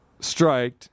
striked